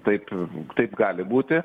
taip taip gali būti